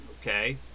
Okay